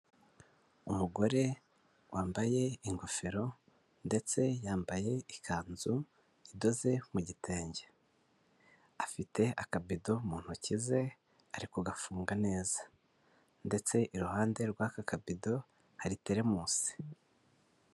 Umugore wambaye ingofero ndetse yambaye ikanzu idoze mu gitenge. Afite akabido mu ntoki ze, ari kugafunga neza ndetse iruhande rw'aka kabido hari teremusi.